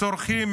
צורחים,